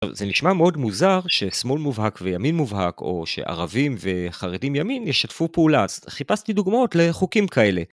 זה נשמע מאוד מוזר ששמאל מובהק וימין מובהק או שערבים וחרדים ימין ישתפו פעולה, חיפשתי דוגמאות לחוקים כאלה.